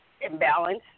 imbalance